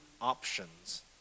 options